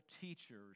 teachers